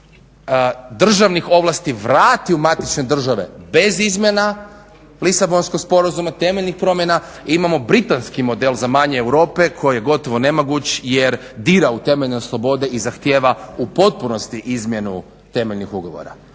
državnih ovlasti vrati u matične države, bez izmjena Lisabonskog sporazuma, temeljnih promjena. Imamo britanski model za manje Europe koji je gotovo nemoguć jer dira u temeljne slobode i zahtjeva u potpunosti izmjenu temeljnih ugovora.